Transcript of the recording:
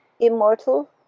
immortal